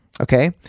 Okay